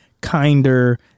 kinder